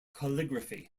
calligraphy